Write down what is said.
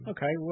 Okay